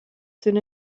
soon